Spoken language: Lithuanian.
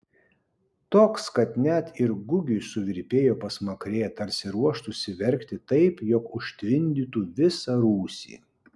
toks kad net ir gugiui suvirpėjo pasmakrė tarsi ruoštųsi verkti taip jog užtvindytų visą rūsį